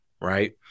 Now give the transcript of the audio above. right